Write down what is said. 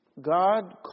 God